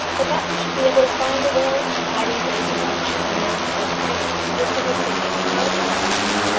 but that they should be able to find a will, the hiding-place of which should be known to cousin henry, was to his thinking out of the question.